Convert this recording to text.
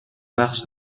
بخش